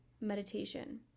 meditation